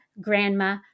Grandma